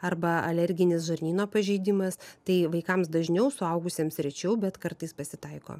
arba alerginis žarnyno pažeidimas tai vaikams dažniau suaugusiems rečiau bet kartais pasitaiko